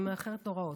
אני מאחרת נוראות.